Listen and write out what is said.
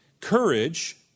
courage